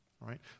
right